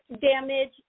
damage